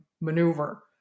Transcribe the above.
maneuver